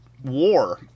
War